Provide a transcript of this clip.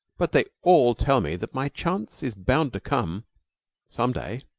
but they all tell me that my chance is bound to come some day.